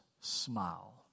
smile